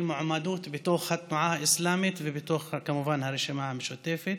מועמדות בתוך התנועה האסלאמית וכמובן בתוך הרשימה המשותפת.